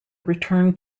return